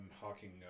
Hawking